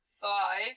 five